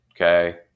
okay